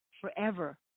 forever